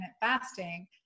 fasting